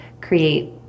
create